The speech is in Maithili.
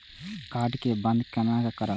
कार्ड के बन्द केना करब?